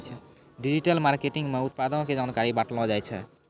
digital marketing मे उत्पादो के जानकारी बांटलो जाय छै